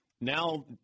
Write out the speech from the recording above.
Now